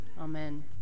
Amen